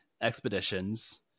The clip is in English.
Expeditions